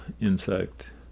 insect